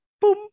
boom